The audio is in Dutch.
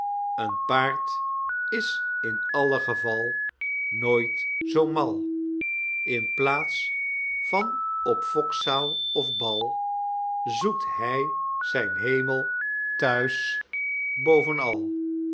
een paard is in alle geval nooit zoo mal in plaats van op fokzaal of bal zoekt hy zijn hemel t huis bovenal